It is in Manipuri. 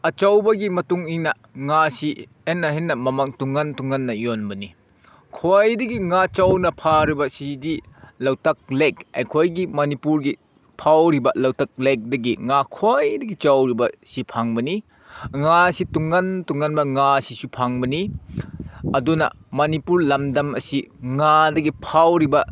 ꯑꯆꯧꯕꯒꯤ ꯃꯇꯨꯡ ꯏꯟꯅ ꯉꯥꯁꯤ ꯍꯦꯟꯅ ꯍꯦꯟꯅ ꯃꯃꯜ ꯇꯣꯡꯉꯥꯟ ꯇꯣꯡꯉꯥꯟꯅ ꯌꯣꯟꯕꯅꯤ ꯈ꯭ꯋꯥꯏꯗꯒꯤ ꯉꯥ ꯆꯥꯎꯅ ꯐꯥꯔꯤꯕꯁꯤꯗꯤ ꯂꯣꯛꯇꯥꯛ ꯂꯦꯛ ꯑꯩꯈꯣꯏꯒꯤ ꯃꯅꯤꯄꯨꯔꯒꯤ ꯐꯥꯎꯔꯤꯕ ꯂꯣꯛꯇꯥꯛ ꯂꯦꯛꯇꯒꯤ ꯉꯥ ꯈ꯭ꯋꯥꯏꯗꯒꯤ ꯆꯥꯎꯔꯤꯕꯁꯤ ꯐꯪꯕꯅꯤ ꯉꯥꯁꯤ ꯇꯣꯡꯉꯥꯟ ꯇꯣꯡꯉꯥꯟꯕ ꯉꯥꯁꯤꯁꯨ ꯐꯪꯕꯅꯤ ꯑꯗꯨꯅ ꯃꯅꯤꯄꯨꯔ ꯂꯝꯗꯝ ꯑꯁꯤ ꯉꯥꯗꯒꯤ ꯐꯥꯎꯔꯤꯕ